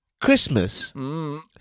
Christmas